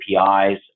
APIs